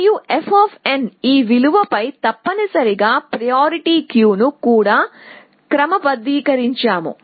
మరియు f ఈ విలువ పై తప్పనిసరిగా ప్రయారిటీ క్యూ ను కూడా క్రమబద్ధీకరించాము